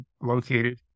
located